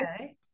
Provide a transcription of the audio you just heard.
okay